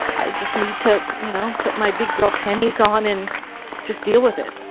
i just need to you know put my big girl panties on and just deal with it.